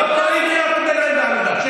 לא קוראים קריאות ביניים בעמידה.